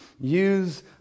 use